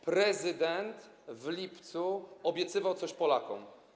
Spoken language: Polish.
Prezydent w lipcu obiecywał coś Polakom.